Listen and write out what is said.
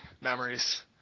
memories